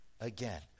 Again